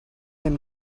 him